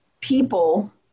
people